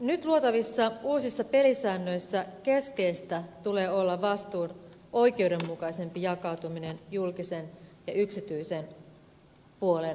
nyt luotavissa uusissa pelisäännöissä keskeistä tulee olla vastuun oikeudenmukaisempi jakautuminen julkisen ja yksityisen puolen välillä